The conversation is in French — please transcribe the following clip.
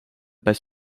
pas